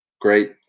great